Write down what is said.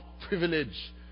privilege